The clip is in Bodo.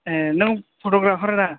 ए नों फटग्राफार दा